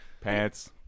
Pants